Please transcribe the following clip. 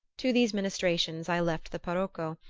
to these ministrations i left the parocco,